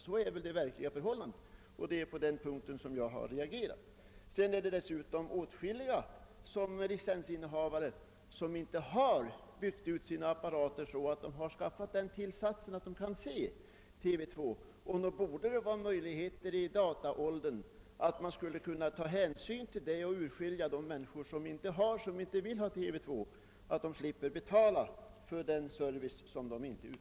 Det är på den punkten jag har reagerat. Dessutom finns det åtskilliga licensinnehavare som inte har skaffat sig den tillsats som behövs för att man skall kunna se TV 2, och nog borde det finnas möjligheter i dataåldern att ta hänsyn härtill och skilja ut de människor som inte har eller inte vill ha TV 2, så att de slipper betala för en service som de inte får.